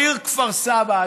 העיר כפר סבא,